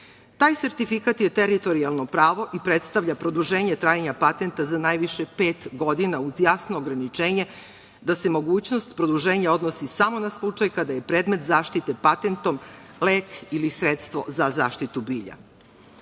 sertifikat je teritorijalno pravo i predstavlja produženje trajanja patenata za najviše pet godina, uz jasno ograničenje da se mogućnost produženja odnosi samo na slučaj kada je predmet zaštite patentom lek ili sredstvo za zaštitu bilja.